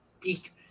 peak